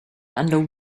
under